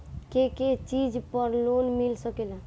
के के चीज पर लोन मिल सकेला?